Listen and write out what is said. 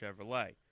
Chevrolet